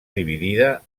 dividida